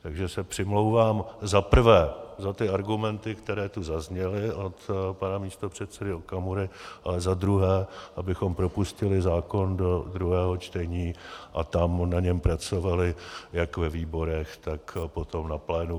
Takže se přimlouvám za prvé za argumenty, které tu zazněly od pana místopředsedy Okamury, a za druhé abychom propustili zákon do druhého čtení a tam na něm pracovali jak ve výborech, tak potom na plénu.